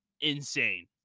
insane